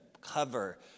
cover